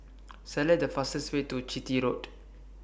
Select The fastest Way to Chitty Road